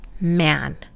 man